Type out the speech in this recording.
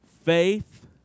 Faith